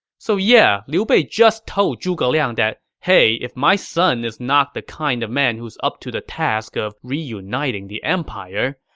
so yeah, liu bei just told zhuge liang that hey, if my son is not the kind of man who's up to the task of reuniting the empire,